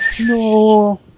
No